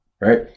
right